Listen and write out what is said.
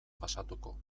pasatuko